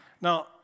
Now